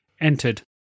entered